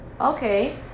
Okay